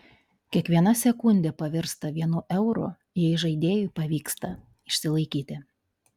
kiekviena sekundė pavirsta vienu euru jei žaidėjui pavyksta išsilaikyti